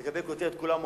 לגבי כותרת, כולם אוהבים,